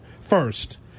first